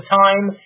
time